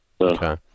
Okay